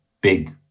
big